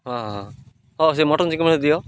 ହଁ ହଁ ହଉ ସେ ମଟନ ଚିକେନ ଦିଅ